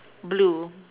blue